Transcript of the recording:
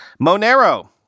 Monero